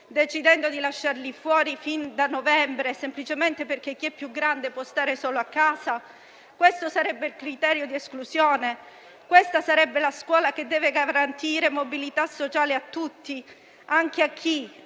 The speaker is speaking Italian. decidendo di lasciarli fuori fin da novembre semplicemente perché chi è più grande può stare solo a casa? Questo sarebbe il criterio di esclusione? Questa sarebbe la scuola che deve garantire mobilità sociale a tutti, anche a chi